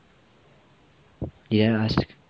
did I ask